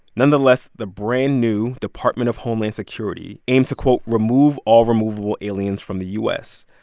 nonetheless, the brand new department of homeland security aimed to, quote, remove all removable aliens from the u s.